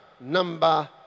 number